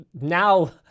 now